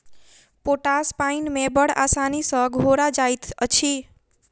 potash पाइन मे बड़ आसानी सॅ घोरा जाइत अछि